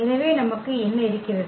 எனவே நமக்கு என்ன இருக்கிறது